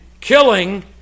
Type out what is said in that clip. killing